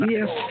Yes